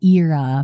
era